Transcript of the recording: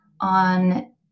on